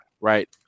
right